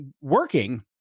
working